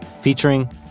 featuring